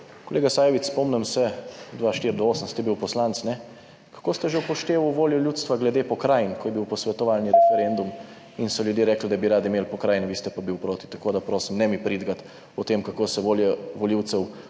Kolega Sajovic, spomnim se, 2004 do 2008 ste bil poslanec, ne? Kako ste že upošteval voljo ljudstva glede pokrajin, Ko je bil posvetovalni referendum in so ljudje rekli, da bi radi imeli pokrajine, vi ste pa bili proti. Tako da prosim, ne mi pridigati o tem, kako se volja volivcev